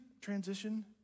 transition